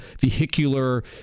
vehicular